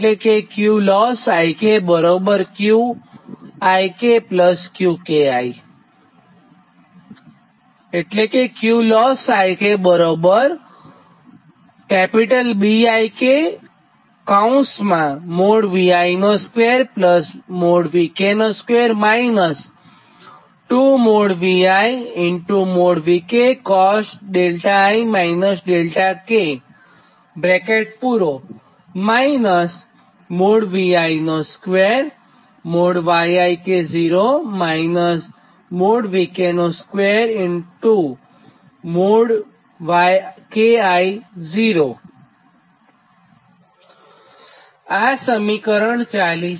આ સમીકરણ 40 છે જે Qloss માટેનું સમીકરણ છે